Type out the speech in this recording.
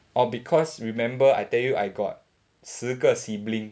orh because remember I tell you I got 十个 sibling